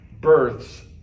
births